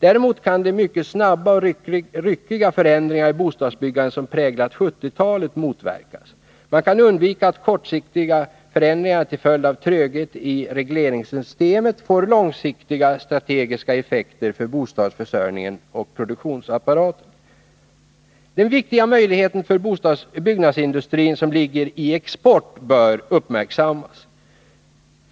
Däremot kan de mycket snabba och ryckiga förändringar i bostadsbyggandet som präglat 1970-talet motverkas. Man kan undvika att kortsiktiga förändringar till följd av tröghet i regleringssystemet får långsiktiga strategiska effekter för bostadsförsörjning och produktionsapparat. Den viktiga möjligheten för byggnadsindustrin som ligger i export bör uppmärksammas.